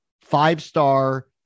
five-star